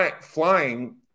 flying